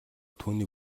түүний